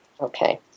Okay